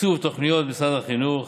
תקצוב תוכניות משרד החינוך,